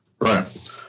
Right